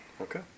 Okay